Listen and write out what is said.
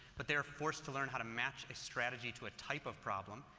but they are forced to learn how to match a strategy to a type of problem.